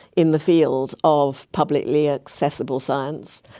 in the field of publicly accessible science.